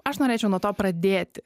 aš norėčiau nuo to pradėti